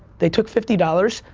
they took fifty dollars,